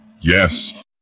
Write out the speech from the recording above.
Yes